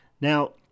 Now